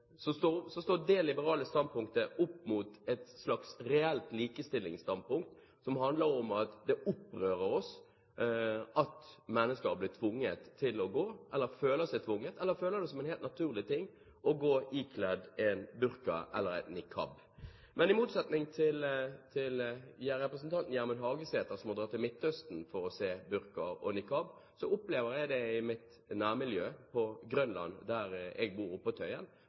står opp mot et slags reelt likestillingsstandpunkt, som handler om at det opprører oss at mennesker blir tvunget til, eller føler seg tvunget til, eller føler det som en helt naturlig ting å gå ikledd en burka eller en niqab. Men i motsetning til representanten Gjermund Hagesæter, som må dra til Midtøsten for å se burka og niqab, opplever jeg det i mitt nærmiljø på Grønland – jeg bor på Tøyen.